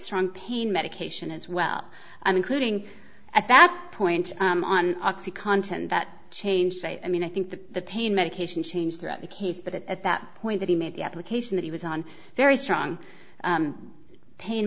strong pain medication as well i'm including at that point on oxycontin that changed i mean i think that the pain medication changed throughout the case but at that point that he made the application that he was on very strong pain